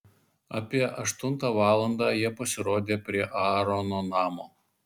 apie aštuntą valandą jie pasirodė prie aarono namo